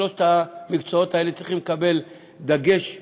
שלושת המקצועות האלה צריכים לקבל דגש רבתי,